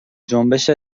جنبش